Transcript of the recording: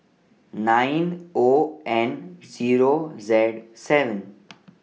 nine O N Zero Z seven